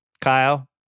Kyle